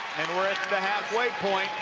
we're at the halfway point,